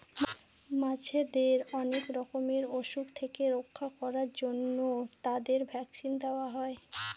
মাছেদের অনেক রকমের অসুখ থেকে রক্ষা করার জন্য তাদের ভ্যাকসিন দেওয়া হয়